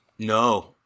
No